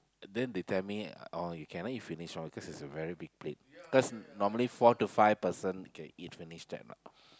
then they tell me oh you cannot eat finish one because it's a very big plate cause normally four to five person can eat finish that much